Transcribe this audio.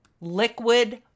liquid